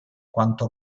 quanto